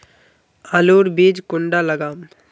आलूर बीज कुंडा लगाम?